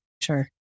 Sure